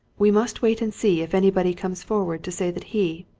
we must wait and see if anybody comes forward to say that he,